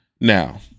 now